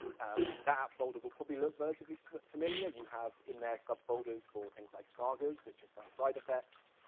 um that app folder will probably look relatively familiar. you have in there sub folders for things like sagas, which is for our side effects,